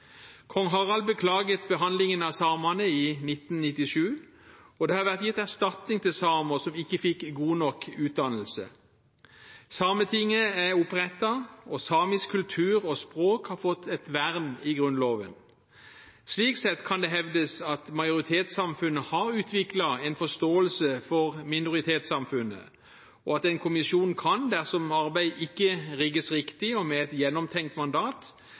Kong Harald beklaget i 1997 behandlingen av samene, og det har vært gitt erstatning til samer som ikke fikk god nok utdannelse. Sametinget er opprettet, og samisk kultur og språk har fått et vern i Grunnloven. Slik sett kan det hevdes at majoritetssamfunnet har utviklet en forståelse for minoritetssamfunnet, og at en kommisjon kan, dersom arbeidet ikke rigges riktig og har et gjennomtenkt mandat,